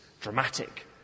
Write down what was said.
dramatic